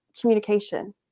communication